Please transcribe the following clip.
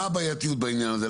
מה הבעייתיות בעניין הזה?